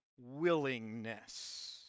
willingness